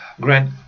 Grant